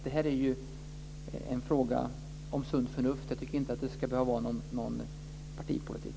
Det här är en fråga om sunt förnuft. Jag tycker inte att det ska behöva vara någon partipolitik.